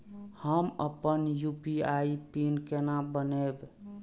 हम अपन UPI PIN केना बनैब?